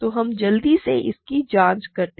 तो हम जल्दी से इसकी जाँच करें